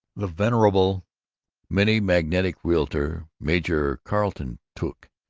the venerable minnemagantic realtor, major carlton tuke,